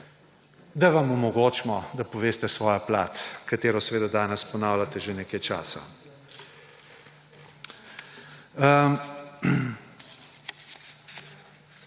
da vam omogočimo, da poveste svojo plat, ki jo danes ponavljate že nekaj časa.